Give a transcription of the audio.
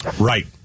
Right